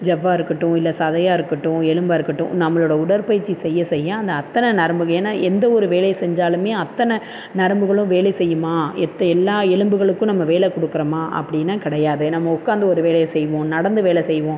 ஜவ்வா இருக்கட்டும் இல்லை சதையாக இருக்கட்டும் எலும்பாக இருக்கட்டும் நம்மளோடய உடற்பயிற்சி செய்ய செய்ய அந்த அத்தனை நரம்புகள் ஏனால் எந்த ஒரு வேலை செஞ்சாலுமே அத்தனை நரம்புகளும் வேலை செய்யுமா எத் எல்லா எலும்புகளுக்கும் நம்ம வேலை கொடுக்கறமா அப்படின்னா கிடையாது நம்ம உக்கார்ந்து ஒரு வேலையை செய்வோம் நடந்து வேலை செய்வோம்